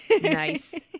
nice